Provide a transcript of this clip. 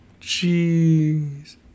Jeez